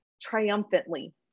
triumphantly